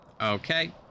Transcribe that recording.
Okay